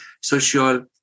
social